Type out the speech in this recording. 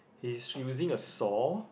he's using a saw